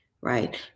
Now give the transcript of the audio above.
right